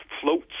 floats